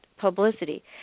publicity